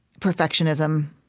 perfectionism,